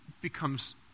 becomes